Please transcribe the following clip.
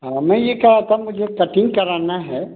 हाँ मैं ये कह रहा था मुझे कटिंग कराना है